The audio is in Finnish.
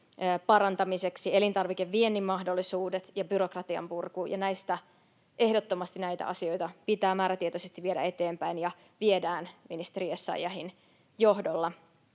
parantamiseksi — elintarvikeviennin mahdollisuudet ja byrokratian purku — ja ehdottomasti näitä asioita pitää määrätietoisesti viedä eteenpäin ja viedään ministeri Essayahin johdolla.